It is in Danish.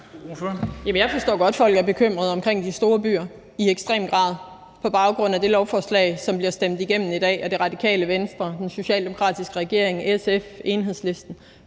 jeg forstår godt, folk omkring de store byer er bekymret i ekstrem grad på grund af det lovforslag, som bliver stemt igennem i dag af Radikale Venstre, den socialdemokratiske regering, SF, Enhedslisten.